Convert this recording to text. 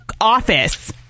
office